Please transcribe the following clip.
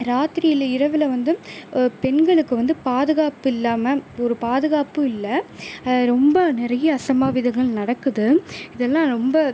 ராத்திரியில் இரவில் வந்து பெண்களுக்கு வந்து பாதுகாப்பு இல்லாமல் ஒரு பாதுகாப்பும் இல்லை அது வந்து ரொம்ப அசம்பாவிதங்கள் நடக்குது இதெல்லாம் ரொம்ப